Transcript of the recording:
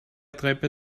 treppe